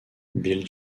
bill